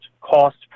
cost